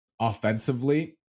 offensively